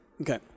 okay